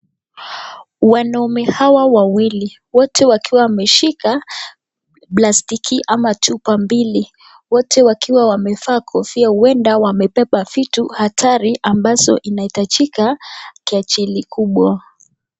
Wanaume hawa wawili wote wakiwa wameshika plastiki ama chupa mbili, wote wakiwa wamevaa koia huenda wamebeba vitu hatari ambazo inahitajiki kiajili kubwa.